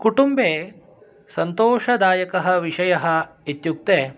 कुटुम्बे सन्तोषदायकः विषयः इत्युक्ते